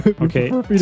Okay